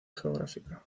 geográfica